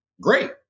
Great